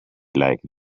like